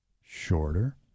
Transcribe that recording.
shorter